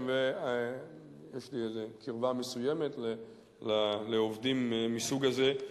יש לי איזו קרבה מסוימת לעובדים מהסוג הזה.